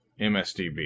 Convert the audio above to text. MSDB